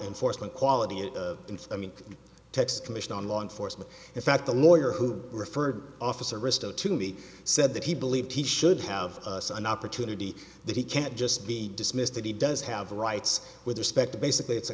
enforcement quality and i mean texas commission on law enforcement in fact the lawyer who referred officer risto to me said that he believed he should have an opportunity that he can't just be dismissed that he does have rights with respect to basically it's